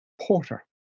Porter